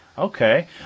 Okay